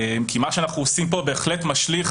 כי מה שאנחנו עושים פה בהחלט משליך